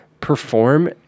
Perform